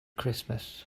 christmas